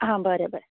हां बरे बरे